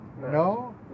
No